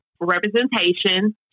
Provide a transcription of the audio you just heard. Representation